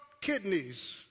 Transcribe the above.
kidneys